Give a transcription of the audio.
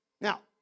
Now